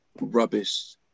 rubbish